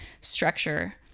structure